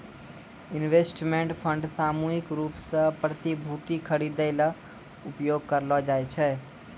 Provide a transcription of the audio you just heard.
investment fund सामूहिक रूप सें प्रतिभूति खरिदै ल उपयोग करलो जाय छै